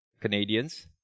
Canadians